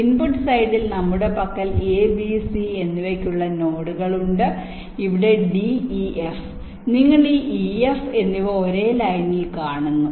input സൈഡിൽ നമ്മുടെ പക്കൽ A B C എന്നിവയ്ക്കുള്ള നോഡുകൾ ഉണ്ട് ഇവിടെ D E F നിങ്ങൾ ഈ E F എന്നിവ ഒരേ ലൈനിൽ കാണുന്നു